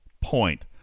point